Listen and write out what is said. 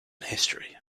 history